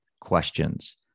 questions